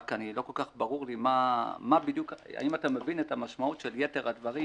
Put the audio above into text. רק לא כל כך ברור לי האם אתה מבין את המשמעות של יתר הדברים,